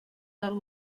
del